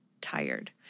tired